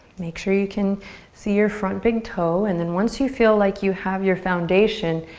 make sure you can see your front big toe and then once you feel like you have your foundation,